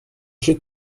should